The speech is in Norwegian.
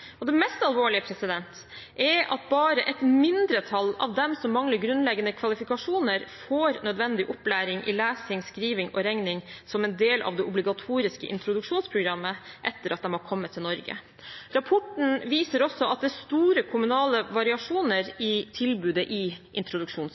mest alvorlige er at bare et mindretall av dem som mangler grunnleggende kvalifikasjoner, får nødvendig opplæring i lesing, skriving og regning som en del av det obligatoriske introduksjonsprogrammet etter at de har kommet til Norge. Rapporten viser også at det er store kommunale variasjoner i tilbudet i